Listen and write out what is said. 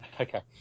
Okay